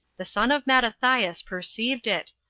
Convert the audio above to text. the son of mattathias perceived it,